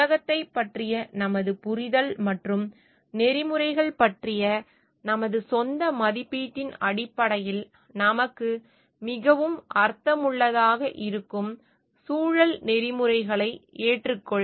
உலகத்தைப் பற்றிய நமது புரிதல் மற்றும் நெறிமுறைகள் பற்றிய நமது சொந்த மதிப்பீட்டின் அடிப்படையில் நமக்கு மிகவும் அர்த்தமுள்ளதாக இருக்கும் சூழல் நெறிமுறைகளை ஏற்றுக்கொள்